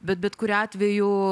bet bet kuriuo atveju